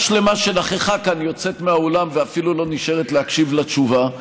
שלמה שנכחה כאן יוצאת מהאולם ואפילו לא נשארת להקשיב לתשובה.